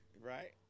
Right